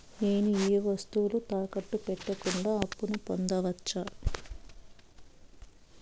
నేను ఏ వస్తువులు తాకట్టు పెట్టకుండా అప్పును పొందవచ్చా?